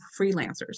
freelancers